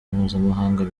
mpuzamahanga